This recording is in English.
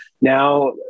now